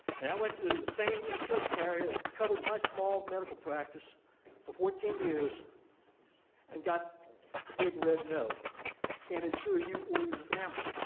and i went through the same insurance carrier that covered my small medical practice for fourteen years and got a big red no can't insure you or your family.